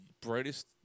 brightest